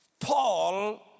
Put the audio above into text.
Paul